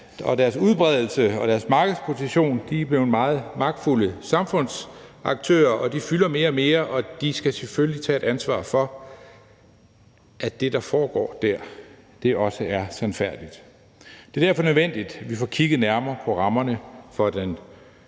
deres udbredelse og deres markedsposition er de blevet meget magtfulde samfundsaktører, og de fylder mere og mere. Og de skal selvfølgelig tage et ansvar for, at det, der foregår der, også er sandfærdigt. Det er derfor nødvendigt, at vi får kigget nærmere på rammerne for den